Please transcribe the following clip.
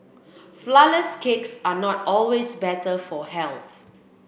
flour less cakes are not always better for health